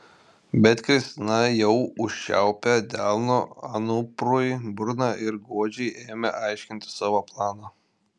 bet kristina jau užčiaupė delnu anuprui burną ir godžiai ėmė aiškinti savo planą